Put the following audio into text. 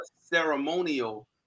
ceremonial